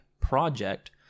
project